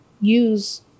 use